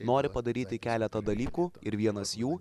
nori padaryti keletą dalykų ir vienas jų